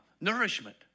nourishment